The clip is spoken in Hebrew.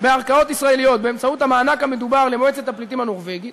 בערכאות ישראליות באמצעות המענק המדובר מ"מועצת הפליטים הנורבגית"